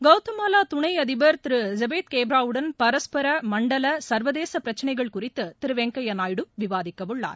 கவுதமாவா துணை அதிபர் Thiru Jafeth Cabrera உடன் பரஸ்பர மண்டல சர்வதேச பிரச்சனைகள் குறித்து திரு வெங்கய்ய நாயுடு விவாதிக்கவுள்ளாார்